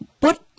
Put